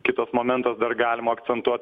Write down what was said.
kitas momentas dar galima akcentuot